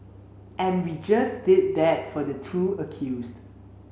and we just did that for the two accused